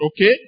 Okay